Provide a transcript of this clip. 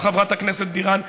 חברת הכנסת בירן,